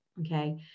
Okay